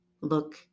look